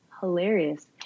hilarious